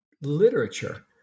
literature